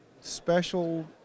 special